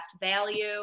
value